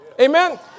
Amen